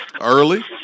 early